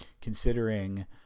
considering